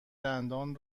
دندان